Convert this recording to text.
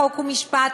חוק ומשפט,